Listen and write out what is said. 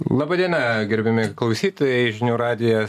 laba diena gerbiami klausytojai žinių radijo